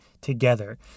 together